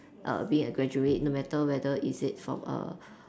being a graduate no matter whether is it from a